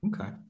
Okay